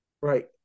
Right